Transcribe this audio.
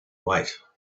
wait